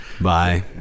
Bye